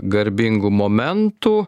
garbingų momentų